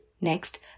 Next